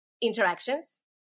interactions